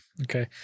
Okay